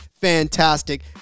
fantastic